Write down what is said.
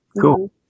cool